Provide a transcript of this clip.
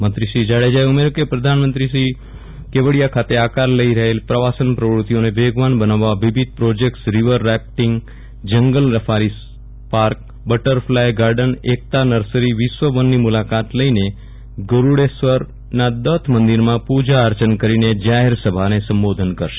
મંત્રીશ્રી જાડેજાએ ઉમેર્યું કે વડાપ્રધાનશ્રી કેવડિયા ખાતે આકાર લઇ રહેલી પ્રવાસન પ્રવૃત્તિઓને વેગવાન બનાવવા વિવિધ projects river rafting jungle safari park butterfly garden Ekta nursery વિશ્વવનની મુલાકાત લઇને ગરૂડેશ્વરના દત્ત મંદિરમાં પૂજા અર્ચન કરીને જાહેર સભાને સંબોધન કરશે